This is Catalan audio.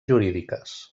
jurídiques